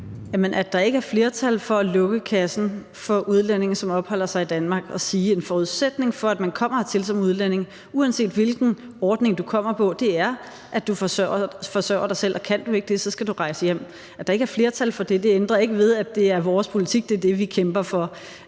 at der ikke er flertal for at lukke kassen for udlændinge, som opholder sig i Danmark, og sige, at en forudsætning for, at man kommer hertil som udlænding, uanset hvilken ordning man kommer på, er, at man forsørger sig selv, og kan man ikke det, skal man rejse hjem, ændrer ikke ved, at det er vores politik, og at det er det, vi kæmper for.